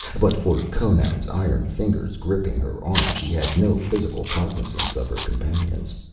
but for conan's iron fingers gripping her arm she had no physical cognizance of her companions.